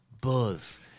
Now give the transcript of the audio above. buzz